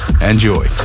Enjoy